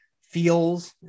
feels